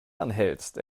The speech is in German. anhältst